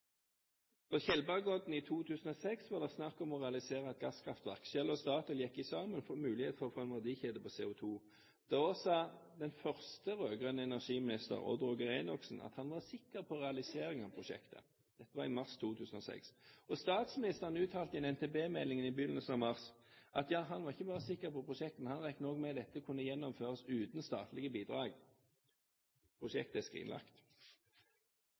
I 2006 var det snakk om å realisere et gasskraftverk på Tjeldbergodden. Shell og Statoil gikk sammen for å få en helhetlig verdikjede for CO2-håndtering. Da sa den første rød-grønne energiministeren, Odd Roger Enoksen, at han var sikker på en realisering av prosjektet. Det var i mars 2006. Statsministeren uttalte i en NTB-melding i begynnelsen av mars at han ikke bare var sikker på prosjektet, men han regnet med at dette kunne gjennomføres uten statlige bidrag. Prosjektet er skrinlagt.